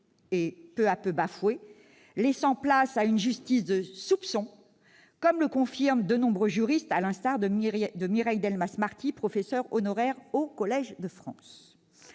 est peu à peu bafouée, laissant place à une justice du soupçon, comme le confirment de nombreux juristes, à l'instar de Mireille Delmas-Marty, professeur honoraire au Collège de France.